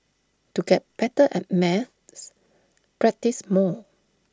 to get better at maths practise more